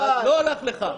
אני קורא לך לסדר פעם שנייה.